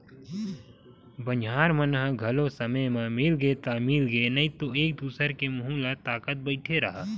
बनिहार मन ह घलो समे म मिलगे ता मिलगे नइ ते एक दूसर के मुहूँ ल ताकत बइठे रहा